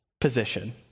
position